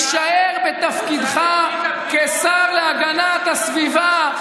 ביקשתי, להישאר בתפקידך כשר להגנת הסביבה.